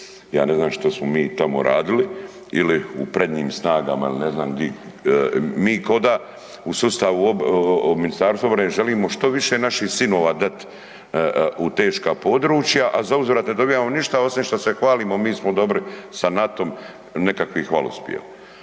Ja ne znam što smo mi tamo radili ili u prednjim snagama ili ne znam di, mi ko da u sustavu MORH-a želimo što više naših sinova dat u teška područja a zauzvrat ne dobivamo ništa osim što se hvalimo mi smo dobro sa NATO-om, nekakvih hvalospjeva.